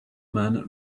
man